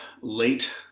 late